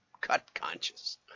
cut-conscious